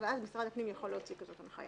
- אז משרד הפנים יכול להוציא כזאת הנחיה